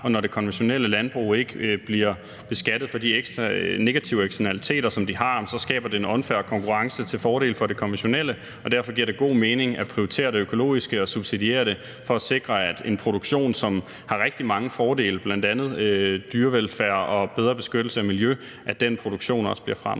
og når det konventionelle landbrug ikke bliver beskattet for de negative eksternaliteter, som det har, skaber en unfair konkurrence til fordel for det konventionelle. Derfor giver det god mening at prioritere det økologiske og at subsidiere det for at sikre, at en produktion, som har rigtig mange fordele, bl.a. dyrevelfærd og bedre beskyttelse af miljø, også bliver fremmet.